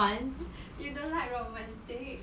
you don't like romantic